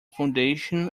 foundation